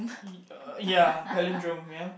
y~ ya palindrome ya